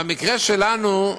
במקרה שלנו,